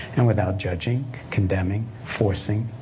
and without judging, condemning, forcing,